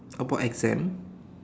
about exams